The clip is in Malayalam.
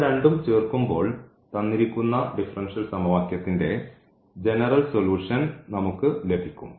ഇവ രണ്ടും ചേർക്കുമ്പോൾ തന്നിരിക്കുന്ന ഡിഫറൻഷ്യൽ സമവാക്യത്തിന്റെ ജനറൽ സൊലൂഷൻ നമുക്ക് ലഭിക്കും